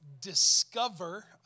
Discover